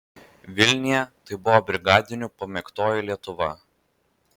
vilniuje tai buvo brigadinių pamėgtoji lietuva